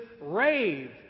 rave